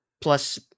plus